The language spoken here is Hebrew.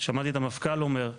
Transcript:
שמעתי את המפכ"ל אומר: